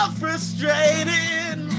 frustrated